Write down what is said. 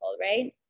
right